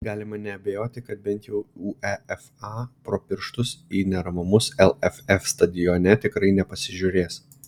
galima neabejoti kad bent jau uefa pro pirštus į neramumus lff stadione tikrai nepasižiūrės